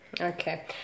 Okay